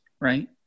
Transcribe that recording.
right